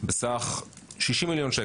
בסך 60 מיליון,